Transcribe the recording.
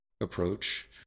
approach